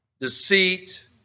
deceit